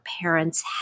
parents